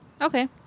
Okay